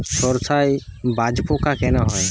সর্ষায় জাবপোকা কেন হয়?